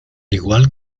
igual